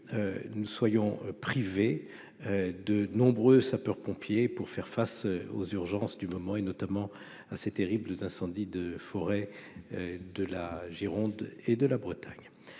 nous soyons privés de nombreux sapeurs-pompiers pour faire face aux urgences du moment, et notamment à ces terribles incendies de forêt de la Gironde et de la Bretagne,